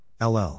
LL